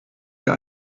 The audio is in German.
wir